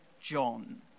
John